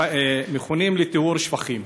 מכונים לטיהור שפכים,